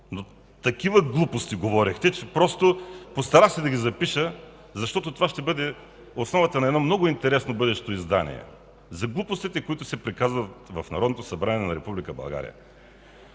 Такива глупости говорихте, че просто... Постарах се да ги запиша, защото това ще бъде основата на едно много интересно бъдещо издание за глупостите, които се приказват в Народното събрание на